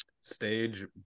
stage